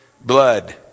blood